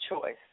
choice